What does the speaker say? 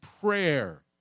prayer